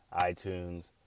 iTunes